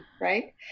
right